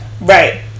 Right